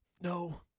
No